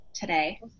today